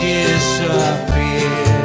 disappear